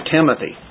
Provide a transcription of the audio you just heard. Timothy